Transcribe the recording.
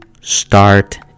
start